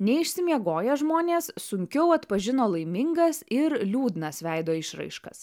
neišsimiegoję žmonės sunkiau atpažino laimingas ir liūdnas veido išraiškas